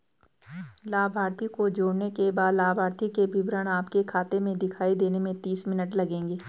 लाभार्थी को जोड़ने के बाद लाभार्थी के विवरण आपके खाते में दिखाई देने में तीस मिनट लगेंगे